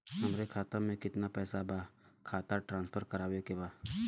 हमारे खाता में कितना पैसा बा खाता ट्रांसफर करावे के बा?